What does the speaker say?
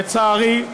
לצערי,